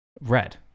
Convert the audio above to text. Red